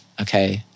okay